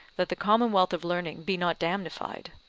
that the commonwealth of learning be not damnified.